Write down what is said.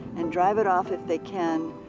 and drive it off if they can.